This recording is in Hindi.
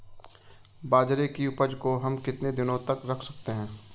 बाजरे की उपज को हम कितने दिनों तक रख सकते हैं?